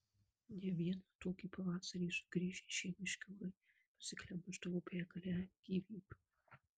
ne vieną tokį pavasarį sugrįžę žiemiški orai pasiglemždavo begalę gyvybių